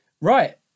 Right